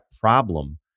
problem